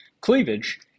Cleavage